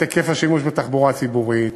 את היקף השימוש בתחבורה הציבורית,